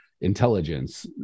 intelligence